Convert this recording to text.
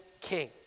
king